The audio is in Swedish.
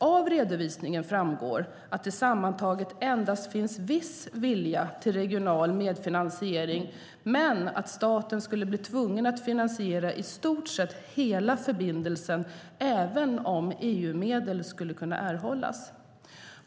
Av redovisningen framgår att det sammantaget endast finns viss vilja till regional medfinansiering men att staten skulle bli tvungen att finansiera i stort sett hela förbindelsen, även om EU-medel skulle kunna erhållas.